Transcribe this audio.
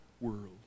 world